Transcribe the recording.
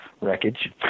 Wreckage